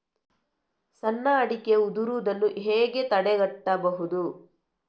ಸಣ್ಣ ಅಡಿಕೆ ಉದುರುದನ್ನು ಹೇಗೆ ತಡೆಗಟ್ಟಬಹುದು?